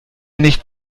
nicht